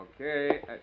okay